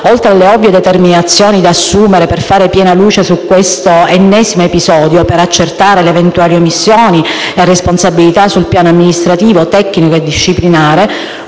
oltre alle ovvie determinazioni da assumere per fare piena luce su questo ennesimo episodio ed accertare le eventuali omissioni e responsabilità sul piano amministrativo, tecnico e disciplinare